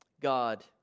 God